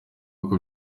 uko